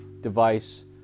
device